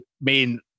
main